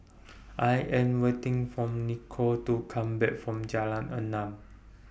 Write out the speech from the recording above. I Am waiting For Nicolle to Come Back from Jalan Enam